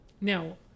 Now